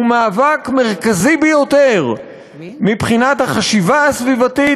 מאבק מרכזי ביותר מבחינת החשיבה הסביבתית,